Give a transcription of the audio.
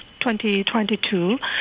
2022